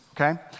okay